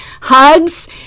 hugs